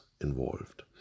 involved